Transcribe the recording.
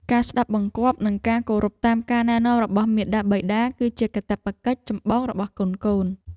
ការស្តាប់បង្គាប់ និងការគោរពតាមការណែនាំរបស់មាតាបិតា គឺជាកាតព្វកិច្ចចម្បងរបស់កូនៗ។